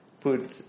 put